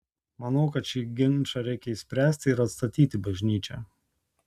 manau kad šį ginčą reikia išspręsti ir atstatyti bažnyčią